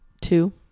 two